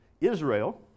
Israel